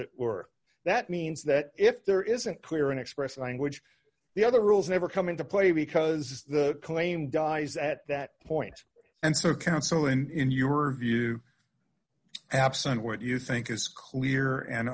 it were that means that if there isn't clear and expressive language the other rules never come into play because the claim dies at that point and sort of counseling in your view absent what you think is clear and